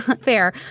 Fair